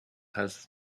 has